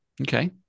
Okay